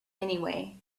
anyway